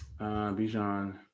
Bijan